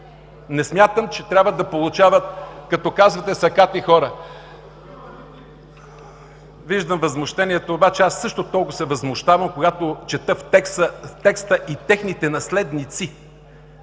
не смятам, че трябва да получават като, казвате, „сакати хора“. (Шум и реплики.) Виждам възмущението, обаче аз също толкова се възмущавам, когато чета в текста и „техните наследници“.